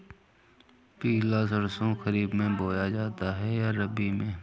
पिला सरसो खरीफ में बोया जाता है या रबी में?